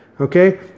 Okay